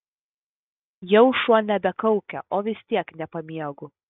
jau šuo nebekaukia o vis tiek nepamiegu